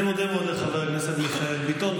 אני מודה מאוד לחבר הכנסת מיכאל ביטון.